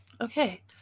Okay